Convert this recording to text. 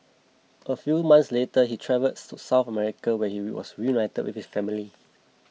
a few months later he travelled to South Africa where he was reunited with his family